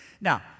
Now